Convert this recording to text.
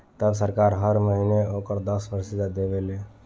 तब सरकार हर महीना ओकर दस प्रतिशत देवे ले